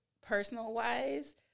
personal-wise